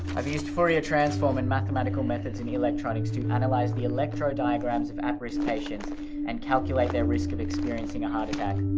i've used fourier transform in mathematical methods in electronics to analyze the electro-diagrams of at risk patients and calculate their risk of experiencing a heart attack.